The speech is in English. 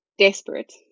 Desperate